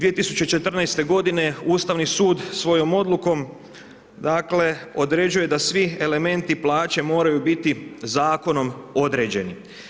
2014. godine Ustavni sud svojom odlukom dakle određuje da svi elementi plaće moraju biti zakonom određeni.